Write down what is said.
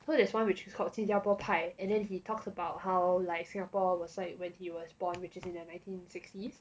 cause there's one which is called 新加坡派 and then he talked about how like singapore was like when he was born which is in the nineteen sixties